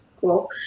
cool